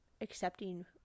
accepting